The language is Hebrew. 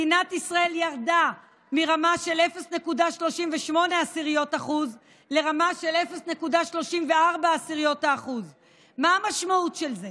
מדינת ישראל ירדה מרמה של 0.38% לרמה של 0.34%. מה המשמעות של זה?